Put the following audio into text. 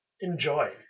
enjoy